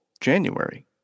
January